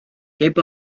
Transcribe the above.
heb